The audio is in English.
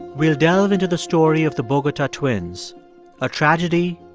we'll delve into the story of the bogota twins a tragedy,